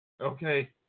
okay